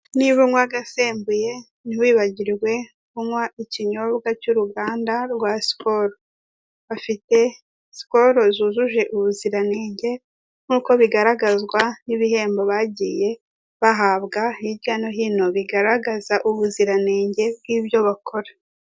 Niba unywa agasembuye ntiwibagirwe kunywa ikinyobwa cy'uruganda rwa sikolo. Bafite sikolo zujuje ubuziranenge nkuko bigaragazwa n'ibihembo bagiye bahabwa hirya no hino bigaragaza ubuziranenge bw'ibyo bakora.